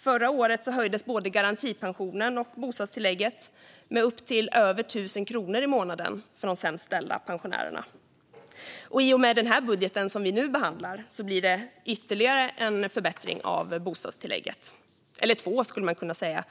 Förra året höjdes både garantipensionen och bostadstillägget med över 1 000 kronor i månaden för de sämst ställda pensionärerna. I och med den budget som vi nu behandlar blir det ytterligare en förbättring av bostadstillägget, eller två skulle man kunna säga.